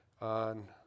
on